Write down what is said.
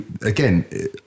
again